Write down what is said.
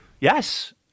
Yes